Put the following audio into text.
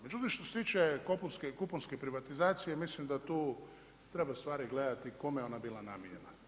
Međutim, što se tiče kuponske privatizacije mislim da tu treba stvari gledati kome je ona bila namijenjena.